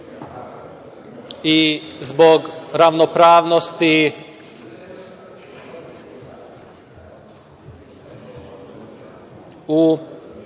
i zbog ravnopravnosti u